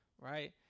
right